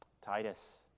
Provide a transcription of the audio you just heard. Titus